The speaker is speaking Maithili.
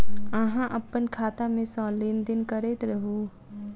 अहाँ अप्पन खाता मे सँ लेन देन करैत रहू?